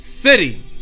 city